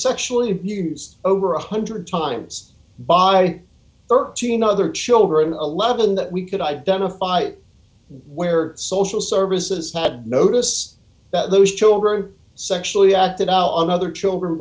sexually abused over one hundred times by thirteen other children eleven that we could identify where social services had notice that those children sexually acted out on other children